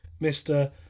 Mr